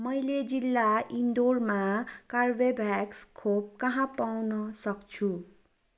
मैले जिल्ला इन्दोरमा कार्बेभ्याक्स खोप कहाँ पाउन सक्छु